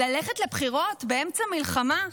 ללכת לבחירות באמצע מלחמה?